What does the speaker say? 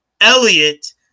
Elliot